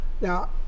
Now